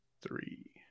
three